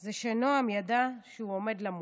זה שנעם ידע שהוא עומד למות.